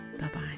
Bye-bye